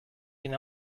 can